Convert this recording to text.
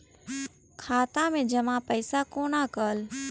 खाता मैं जमा पैसा कोना कल